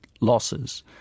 losses